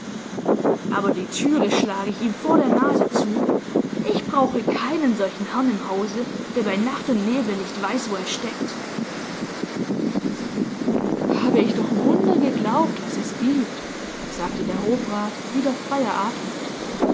aber die türe schlage ich ihm vor der nase zu ich brauche keinen solchen herrn im hause der bei nacht und nebel nicht weiß wo er steckt habe ich doch wunder geglaubt was es gibt sagte der hofrat wieder freier atmend da